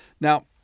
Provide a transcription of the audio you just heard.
Now